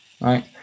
right